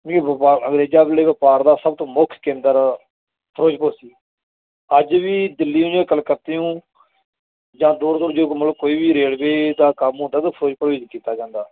ਵੀ ਵਪਾਰ ਅੰਗਰੇਜ਼ਾਂ ਵੇਲੇ ਵਪਾਰ ਦਾ ਸਭ ਤੋਂ ਮੁੱਖ ਕੇਂਦਰ ਫਿਰੋਜ਼ਪੁਰ ਸੀ ਅੱਜ ਵੀ ਦਿੱਲੀ ਨੂੰ ਜਾਂ ਕਲਕੱਤੇ ਨੂੰ ਜਾਂ ਦੋ ਦੋ ਜੇ ਮੁਲਕ ਕੋਈ ਵੀ ਰੇਲਵੇ ਦਾ ਕੰਮ ਹੁੰਦਾ ਤਾਂ ਫਿਰੋਜ਼ਪੁਰ ਵਿੱਚ ਕੀਤਾ ਜਾਂਦਾ